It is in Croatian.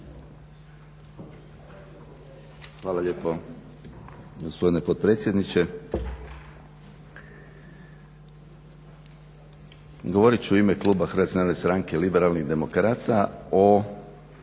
Hvala lijepo gospodine potpredsjedniče. Govorit ću u ime kluba HNS-a Liberalnih demokrata o